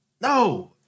No